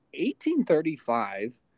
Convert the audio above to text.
1835